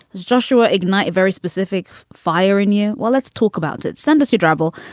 joshua, ignite a very specific fire in you. well, let's talk about it. send us your trouble.